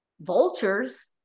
vultures